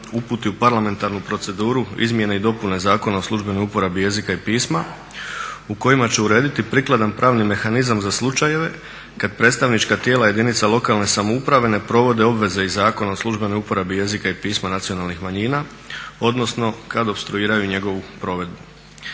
uputi u parlamentarnu proceduru izmjene i dopune Zakona o službenoj uporabi jezika i pisma u kojima će urediti prikladan pravni mehanizam za slučajeve kada predstavnička tijela jedinice lokalne samouprave ne provode obveze iz Zakona o službenoj uporabi jezika i pisma nacionalnih manjina odnosno kada opstruiraju njegovu provedbu.